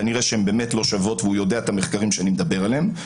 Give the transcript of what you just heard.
אז כנראה שהן באמת לא שוות והוא יודע את המחקרים שאני מדבר עליהם,